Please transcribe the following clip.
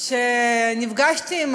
כשנפגשתי עם